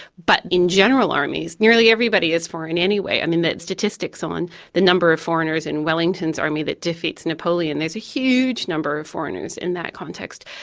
but in general armies nearly everybody is foreign anyway. i mean, the statistics on the number of foreigners in wellington's army that defeats napoleon, there's a huge number of foreigners in that context.